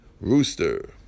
rooster